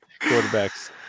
quarterbacks